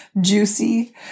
juicy